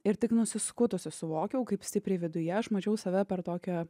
ir tik nusiskutusi suvokiau kaip stipriai viduje aš mačiau save per tokią